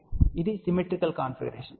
కాబట్టి ఇది symmetrical configuration